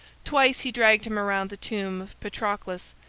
twice he dragged him around the tomb of patroclus,